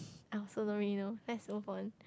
I also don't really know let's move on